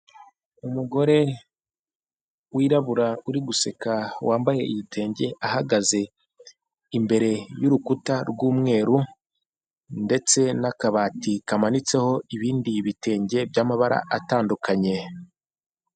Umugore wirabura uri guseka wambaye igitenge ahagaze imbere y'urukuta rw'umweru, ndetse n'akabati kamanitseho ibindi bitenge by'amabara atandukanye.